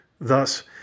Thus